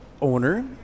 owner